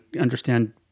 understand